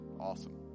Awesome